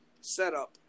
setup